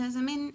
זו מן החלטה,